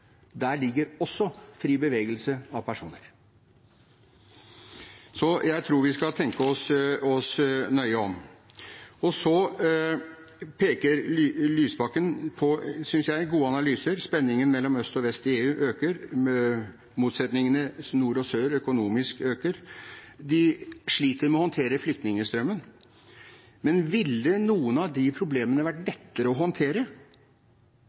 Der ligger også fri bevegelse av personer. Så jeg tror vi skal tenke oss nøye om. Jeg synes representanten Lysbakken peker på gode analyser. Spenningen mellom øst og vest i EU øker. De økonomiske motsetningene mellom nord og sør øker. Man sliter med å håndtere flyktningstrømmen. Men ville noen av de problemene ha vært lettere å håndtere